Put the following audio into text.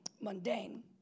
mundane